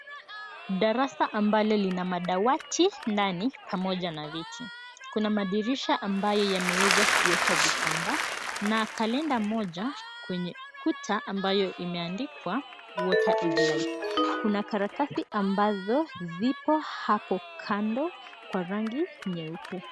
Darasa ambalo lina madawati ndani pamoja na viti. Kuna madirisha ambayo yamewezwa kuwekwa vitambaa na kalenda moja kwenye ukuta ambayo imeandikwa Water is life . Kuna karatasi ambazo zipo hapo kando kwa rangi nyeupe.